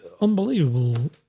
unbelievable